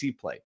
play